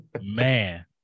man